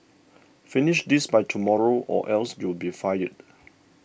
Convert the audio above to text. finish this by tomorrow or else you'll be fired